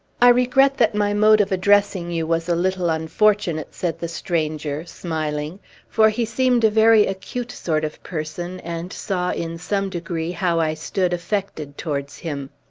i regret that my mode of addressing you was a little unfortunate, said the stranger, smiling for he seemed a very acute sort of person, and saw, in some degree, how i stood affected towards him.